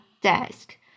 desk